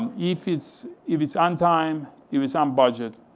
um if it's if it's on time, if it's on budget,